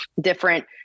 different